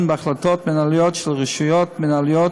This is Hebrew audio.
בהחלטות מינהליות של רשויות מינהליות